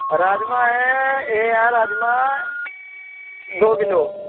एह् राजमांह् ऐ एह् राजमांह् दौ किलो